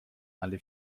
alle